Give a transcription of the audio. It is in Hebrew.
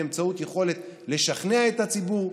באמצעות יכולת לשכנע את הציבור.